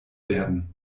werden